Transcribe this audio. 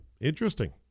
Interesting